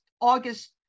August